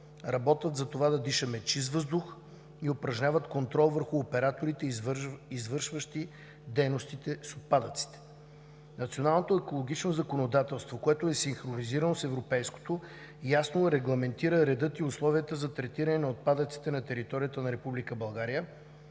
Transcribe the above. работят за това да дишаме чист въздух и упражняват контрол върху операторите, извършващи дейностите с отпадъци. Националното екологично законодателство, което е синхронизирано с европейското, ясно регламентира реда и условията за третиране на отпадъци на територията на